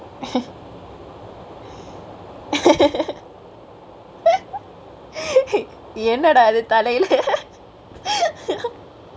என்னடா இது தலையில:yennadaa ithu talaiyela